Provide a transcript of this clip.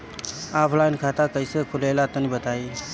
Offline खाता कइसे खुलेला तनि बताईं?